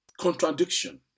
contradiction